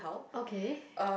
okay